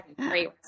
great